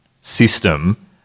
system